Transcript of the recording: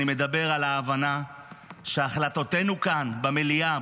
אני מדבר על ההבנה שהחלטותינו כאן במליאה,